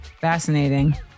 Fascinating